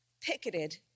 picketed